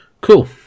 cool